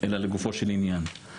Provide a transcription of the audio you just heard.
אלא לגופו של עניין.